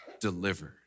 delivered